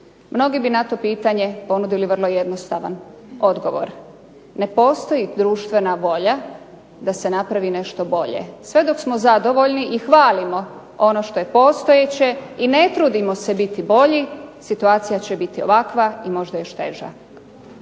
Mnogi bi na to pitanje ponudili vrlo jednostavan odgovor. Ne postoji društvena volje da se napravi nešto bolje. Sve dok smo zadovoljni i hvalimo ono što je postojeće i ne trudimo se biti bolji, situacija će biti ovakva i možda još teža.